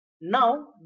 now